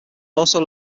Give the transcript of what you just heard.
also